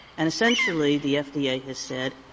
and essentially the fda has said,